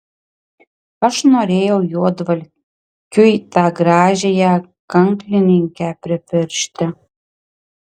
aš norėjau juodvalkiui tą gražiąją kanklininkę pripiršti